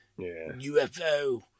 UFO